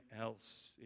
else